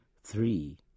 three